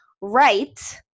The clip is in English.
right